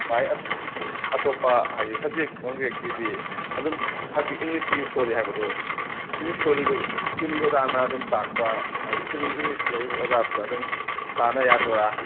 ꯃꯥꯏ ꯑꯇꯣꯞꯄ ꯍꯥꯏꯗꯤ ꯁꯕꯖꯦꯛ ꯅꯨꯡꯖꯦꯛꯀꯤꯗꯤ ꯑꯗꯨꯝ ꯍꯥꯏꯗꯤ ꯏꯪꯂꯤꯁꯁꯦ ꯁꯣꯜꯂꯤ ꯍꯥꯏꯕꯗꯣ ꯏꯪꯂꯤꯁ ꯁꯣꯜꯂꯤꯗꯣ ꯁ꯭ꯀꯨꯜꯒꯤ ꯑꯣꯖꯥꯅ ꯑꯗꯨꯝ ꯇꯥꯛꯄ ꯍꯥꯏꯗꯤ ꯁ꯭ꯀꯨꯜꯒꯤ ꯏꯪꯂꯤꯁ ꯂꯧꯕꯤꯕ ꯑꯣꯖꯥꯗꯨꯗ ꯑꯗꯨꯝ ꯊꯥꯟꯅ ꯌꯥꯗꯣꯏꯔ